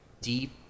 deep